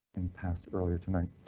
in past earlier tonight,